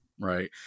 right